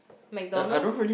MacDonalds